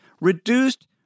reduced